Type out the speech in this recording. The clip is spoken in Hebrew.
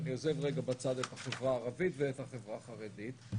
אני עוזב בצד את החברה הערבית ואת החברה החרדית.